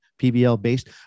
PBL-based